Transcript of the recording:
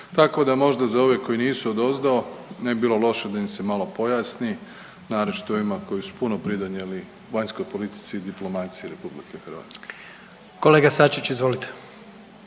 Tako da možda za ove koji nisu odozdo ne bi bilo loše da im se malo pojasni, naročito ovima koji su puno pridonijeli vanjskoj politici i diplomaciji RH. **Jandroković, Gordan (HDZ)** Kolega Sačiću, izvolite